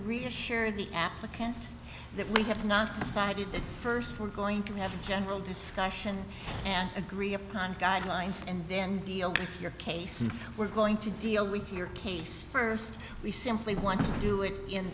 reassure the applicant that we have not decided that first we're going to have a general discussion and agree upon guidelines and then deal with your case we're going to deal with your case first we simply want to do it in